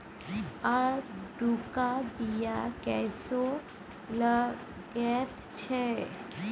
आड़ूक बीया कस्सो लगैत छै